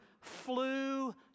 flew